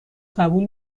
قبول